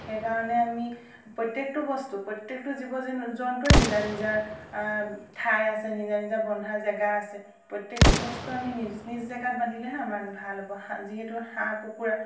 সেইকাৰণে আমি প্ৰত্যেকটো বস্তু প্ৰত্যেকটো জীৱ জন্তুৰে নিজা নিজা ঠাই আছে নিজা নিজা বন্ধা জাগা আছে প্ৰত্যেকটো বস্তু আমি নিজ নিজ জাগাত বান্ধিলেহে আমাৰ ভাল হ'ব হাঁ যিহেতু হাঁহ কুকুৰা